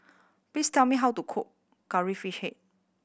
please tell me how to cook Curry Fish Head